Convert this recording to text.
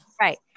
Right